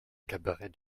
cabaret